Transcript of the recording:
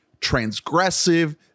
transgressive